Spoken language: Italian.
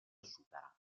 supera